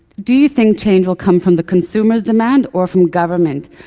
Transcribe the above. do you think change will come from the consumers' demand or from government?